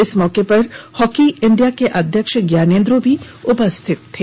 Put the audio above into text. इस मौके पर हॉकी इंडिया के अध्यक्ष ज्ञानेंद्रो भी उपस्थित थे